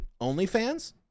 OnlyFans